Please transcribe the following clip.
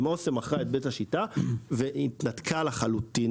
אם אסם מכרה את בית השיטה והתנתקה ממנה לחלוטין,